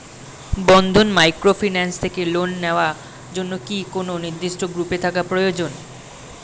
বন্ধন microfinance থেকে loan নেওয়ার জন্য কি কোন নির্দিষ্ট গ্রুপে থাকা প্রয়োজন?